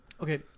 okay